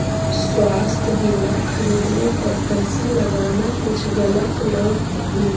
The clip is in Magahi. स्वास्थ्य बीमा खरीदने पर पैसा लगाना कुछ गलत न हई